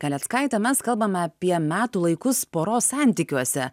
kaleckaite mes kalbame apie metų laikus poros santykiuose